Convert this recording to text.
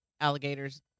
alligator's